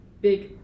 big